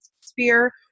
sphere